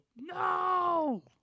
no